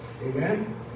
Amen